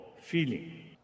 feeling